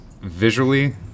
visually